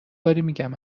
میگیم